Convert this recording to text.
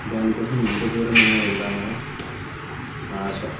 దానికోసం నేను ఎంత దూరమైనా వెళ్దామని నా ఆశ